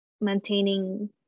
maintaining